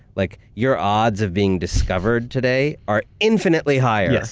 like your odds of being discovered today are infinitely higher